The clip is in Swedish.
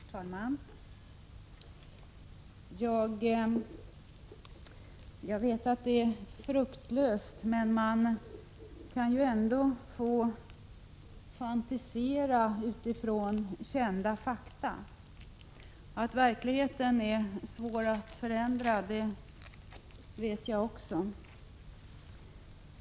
Herr talman! Jag vet att det är fruktlöst, men man kan ju ändå få fantisera utifrån kända fakta. Att verkligheten är svår att förändra vet jag också.